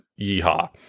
yeehaw